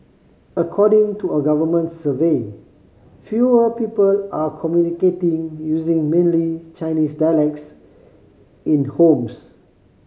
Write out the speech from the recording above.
according to a government survey fewer people are communicating using mainly Chinese dialects in homes